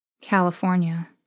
California